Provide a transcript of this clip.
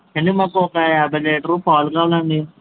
ఏమండీ మాకు ఒక యాభై లీటర్లు పాలు కావాలండి